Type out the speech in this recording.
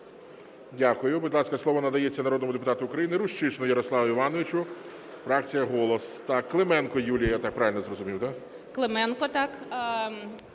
Дякую. Будь ласка, слово надається народному депутату України Рущишину Ярославу Івановичу, фракція "Голос". Клименко Юлія, я правильно зрозумів, да? 11:24:26